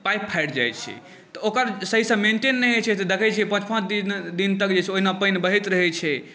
pipe फाटि जाइ छै तऽ ओकर सहीसँ मेन्टेन नहि होइ छै तऽ देखै छियै पाॅंच पाॅंच दिन तक जे छै ओहिना पानि बहैत रहै छै